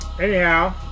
Anyhow